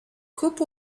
coupe